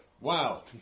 Wow